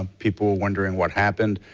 ah people wondering what happened.